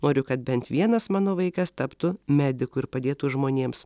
noriu kad bent vienas mano vaikas taptų mediku ir padėtų žmonėms